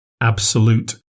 absolute